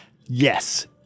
yes